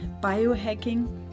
biohacking